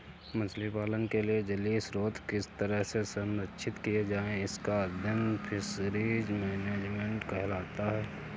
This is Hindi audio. मछली पालन के लिए जलीय स्रोत किस तरह से संरक्षित किए जाएं इसका अध्ययन फिशरीज मैनेजमेंट कहलाता है